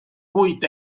kuid